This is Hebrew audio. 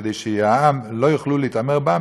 כדי שלא יוכלו להתעמר בעם,